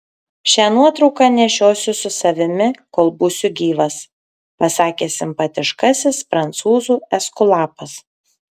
šią nuotrauką nešiosiu su savimi kol būsiu gyvas pasakė simpatiškasis prancūzų eskulapas